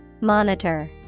Monitor